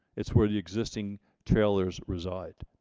it's where the existing trailers reside.